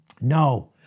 no